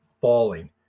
falling